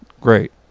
Great